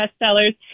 bestsellers